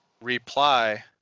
Reply